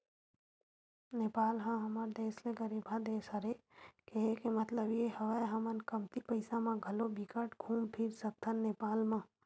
नेपाल ह हमर देस ले गरीबहा देस हरे, केहे के मललब ये हवय हमन कमती पइसा म घलो बिकट घुम फिर सकथन नेपाल म